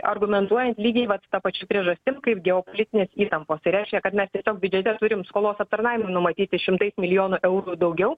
argumentuojant lygiai vat ta pačia priežastim kaip geopolitinės įtampos tai reiškia kad mes tiesiog biudžete turim skolos aptarnavimui numatyti šimtais milijonų eurų daugiau